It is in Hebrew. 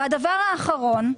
ולסיום,